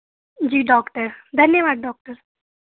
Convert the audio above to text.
जी doctor धन्यवाद doctor